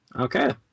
Okay